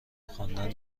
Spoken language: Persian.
خواندن